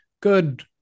good